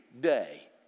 day